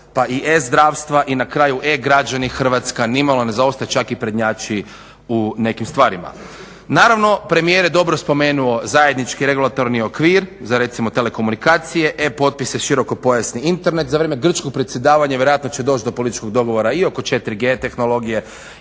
pa i e-zdravstva i na kraju e-građani Hrvatska nimalo ne zaostaje, čak i prednjači u nekim stvarima. Naravno, premijer je dobro spomenuo zajednički regulatorni okvir za recimo telekomunikacije, e-potpis, širokopojasni Internet. Za vrijeme grčkog predsjedavanja vjerojatno će doći do političkog dogovora i oko 4G tehnologije